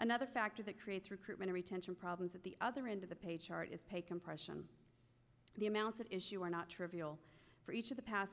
another factor that creates recruitment retention problems at the other end of the page chart is pay compression the amounts of issue are not trivial for each of the past